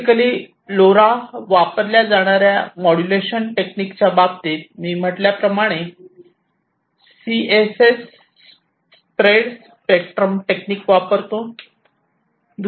basically LoRa वापरल्या जाणार्या modulation टेक्निकच्या बाबतीत मी म्हटल्याप्रमाणे सीएसएस स्प्रेड स्पेक्ट्रम टेक्निक वापरतो